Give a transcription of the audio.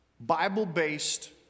Bible-based